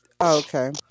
Okay